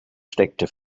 steckte